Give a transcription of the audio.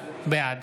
בעד